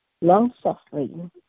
long-suffering